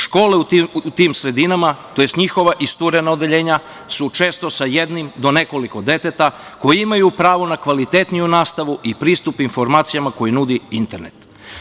Škole u tim sredinama, tj. njihova isturena odeljenja su često sa jednim do nekoliko dece koji imaju pravo na kvalitetniju nastavu i pristup informacijama koje nudi internet.